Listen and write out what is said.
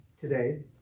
today